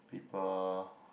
people